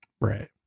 right